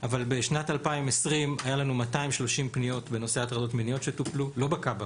אבל בשנת 2020 היו לנו 230 פניות בנושא הטרדות מיניות שטופלו לא בכב"ה,